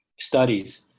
studies